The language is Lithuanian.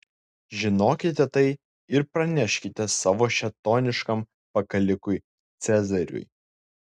žinokite tai ir praneškite savo šėtoniškam pakalikui cezariui